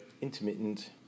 intermittent